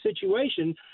situation